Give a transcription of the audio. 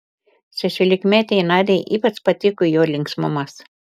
šešiolikmetei nadiai ypač patiko jo linksmumas